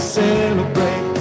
celebrate